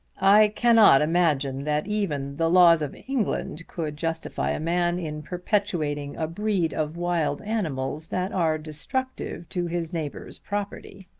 i cannot imagine that even the laws of england could justify a man in perpetuating a breed of wild animals that are destructive to his neighbours' property.